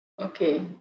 Okay